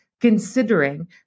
considering